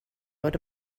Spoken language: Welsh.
bod